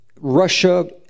Russia